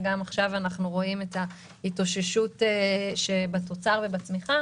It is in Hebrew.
וגם עכשיו אנחנו רואים את ההתאוששות בתוצר ובצמיחה